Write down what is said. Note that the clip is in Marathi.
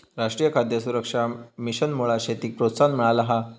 राष्ट्रीय खाद्य सुरक्षा मिशनमुळा शेतीक प्रोत्साहन मिळाला हा